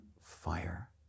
fire